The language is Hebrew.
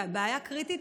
בבעיה קריטית,